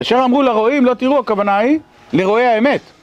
אשר אמרו לרואים, לא תראו, הכוונה היא לרואי האמת.